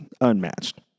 unmatched